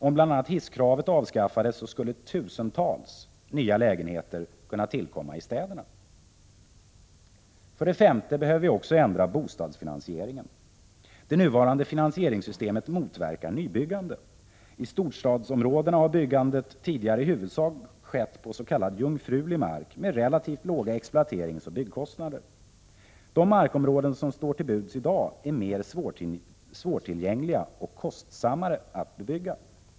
Om bl.a. hisskravet avskaffades skulle tusentals nya lägenheter kunna tillkomma i städerna. 5. Vi behöver också ändra bostadsfinansieringen. Det nuvarande finansieringssystemet motverkar nybyggande. I storstadsområdena har byggandet tidigare i huvudsak skett på ”jungfrulig” mark, med relativt låga exploateringsoch byggkostnader. De markområden som står till buds i dag är mer svårtillgängliga och kostsammare att bebygga.